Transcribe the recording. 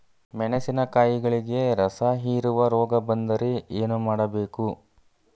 ಮೆಣಸಿನಕಾಯಿಗಳಿಗೆ ರಸಹೇರುವ ರೋಗ ಬಂದರೆ ಏನು ಮಾಡಬೇಕು?